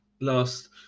Last